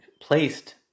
placed